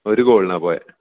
ഒരു ഗോളിനാണ് പോയത്